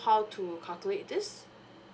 how to calculate this